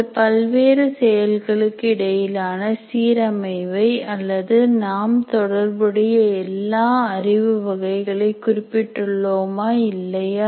அது பல்வேறு செயல்களுக்கு இடையிலான சீரமைவை அல்லது நாம் தொடர்புடைய எல்லாம் அறிவு வகைகளை குறிப்பிட்டுள்ளோமா இல்லையா